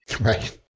right